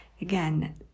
Again